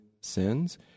sins